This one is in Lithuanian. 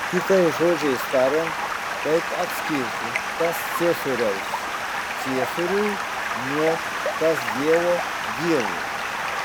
kitais žodžiais tariant kaip atskirti kas ciesoriaus ciesoriui nuo kas dievo dievui